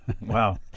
Wow